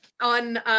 On